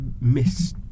miss